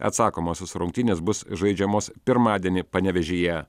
atsakomosios rungtynės bus žaidžiamos pirmadienį panevėžyje